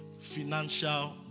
financial